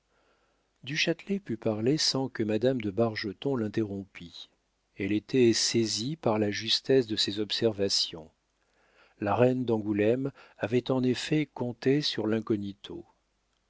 du châtelet put parler sans que madame de bargeton l'interrompît elle était saisie par la justesse de ces observations la reine d'angoulême avait en effet compté sur l'incognito